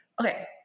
okay